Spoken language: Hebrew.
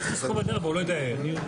--- הוא לא יודע איך.